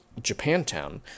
Japantown